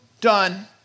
done